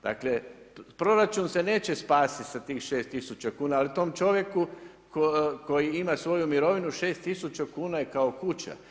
Dakle, proračun se neće spasiti sa tih 6000 kuna, ali tom čovjeku koji ima svoju mirovinu, 6000 kn je kao kuća.